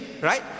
right